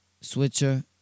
Switcher